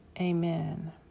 Amen